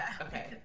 Okay